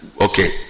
okay